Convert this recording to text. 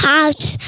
House